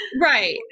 Right